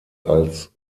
als